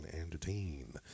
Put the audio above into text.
entertain